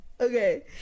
okay